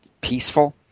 peaceful